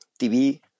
TV